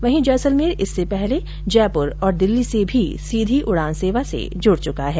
वहीं जैसलमेर इससे पहले जयपुर और दिल्ली से भी सीधी उड़ान सेवा से जुड चुका है